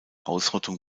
ausrottung